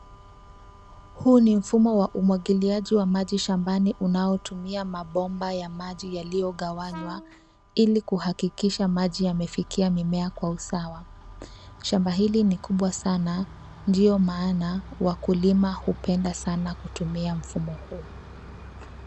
Huu ni mfumo wa umwagiliaji wa maji shambani unaotumia mabomba ya maji yaliyogawanywa ili kuhakikisha maji yamefikia mimea kwa usawa. Shamba hili ni kubwa sana ndio maana wakulima hupenda sana kutumia mfumo huu.